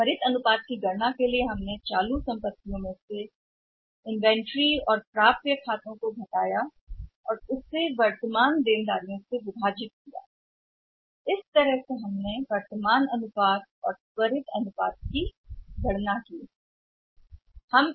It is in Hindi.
त्वरित की गणना के लिए हम वर्तमान क्या कर रहे थे संपत्ति minus inventory minus account receivables हम उन्हें भी घटाते हैं और फिर हम हैं वर्तमान देनदारियों से विभाजित होने का मतलब है कि इसका मतलब है कि यह वर्तमान अनुपात और त्वरित था एसिड टेस्ट अनुपात का अनुपात